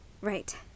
Right